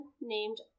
named